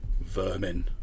vermin